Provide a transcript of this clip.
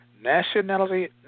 Nationality